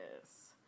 Yes